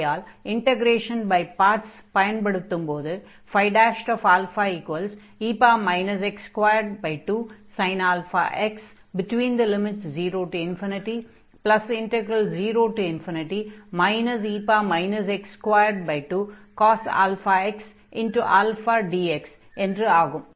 ஆகையால் integration by parts பயன்படுத்தும்போது e x22sin αx |00 e x22cos αx αdx என்று ஆகும்